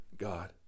God